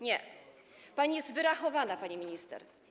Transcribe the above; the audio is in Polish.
Nie, pani jest wyrachowana, pani minister.